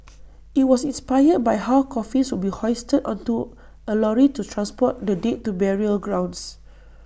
IT was inspired by how coffins would be hoisted onto A lorry to transport the dead to burial grounds